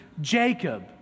Jacob